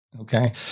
Okay